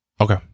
Okay